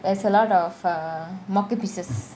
there's a lot of err mocker pieces